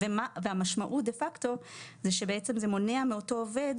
המשמעות דה פקטו היא שזה מונע מאותו עובד,